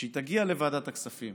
וכשהיא תגיע לוועדת הכספים